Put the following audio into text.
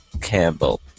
Campbell